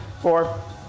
Four